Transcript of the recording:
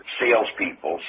salespeople